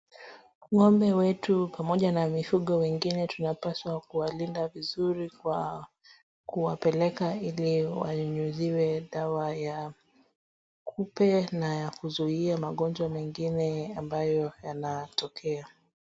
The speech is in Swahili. Ng'ombe wetu pamoja na mifugo wengine tunapaswa kuwalinda vizuri kwa kuwapeleka ili wanyunyuziwe dawa ya kupe na ya kuzuia magonjwa mengine ambayo yanatokea.